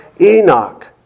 Enoch